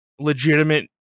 legitimate